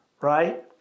right